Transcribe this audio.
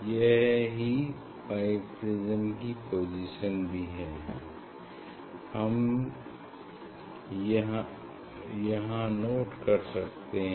यह ही biprism की पोजीशन भी है यह हम यहाँ नोट कर सकते हैं